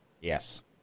Yes